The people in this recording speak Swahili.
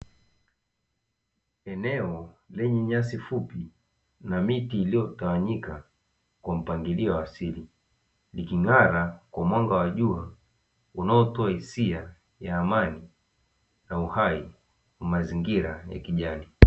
Eneo lenye nyasi fupi na miti iliyotawanyika kwa mpangilio wa asili, liking'ara kwa mwanga wa jua unaotoa hisia ya amani na uhai wa mazingira ya kijani.